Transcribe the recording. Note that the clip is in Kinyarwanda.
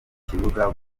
kibuga